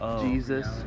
Jesus